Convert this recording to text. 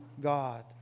God